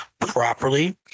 properly